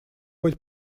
быть